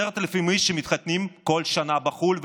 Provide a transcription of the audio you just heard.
10,000 איש מתחתנים כל שנה בחו"ל,